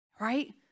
Right